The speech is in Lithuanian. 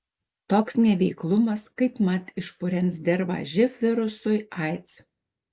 toks neveiklumas kaipmat išpurens dirvą živ virusui aids